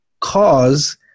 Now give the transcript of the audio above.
Cause